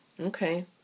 Okay